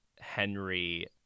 Henry